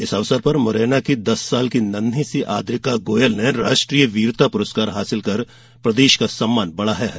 इस अवसर पर मुरैना की दस साल की नन्हीं सी अद्रिका गोयल ने राष्ट्रीय वीरता पुरस्कार हासिल कर प्रदेश का सम्मान बढ़ाया है